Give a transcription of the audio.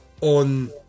on